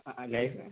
അതെ